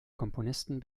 komponisten